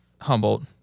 Humboldt